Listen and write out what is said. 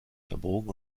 verbogen